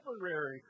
temporary